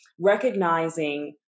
recognizing